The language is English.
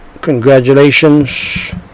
congratulations